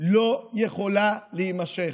לא יכולה להימשך.